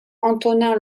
antonin